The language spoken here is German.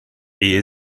ehe